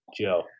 Joe